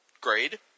grade